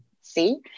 See